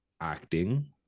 acting